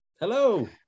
hello